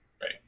Right